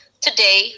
Today